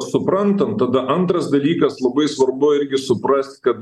suprantam tada antras dalykas labai svarbu irgi suprast kad